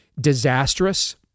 disastrous